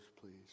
please